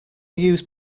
use